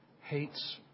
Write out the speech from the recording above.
hates